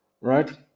Right